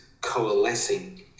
coalescing